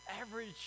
average